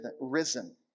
risen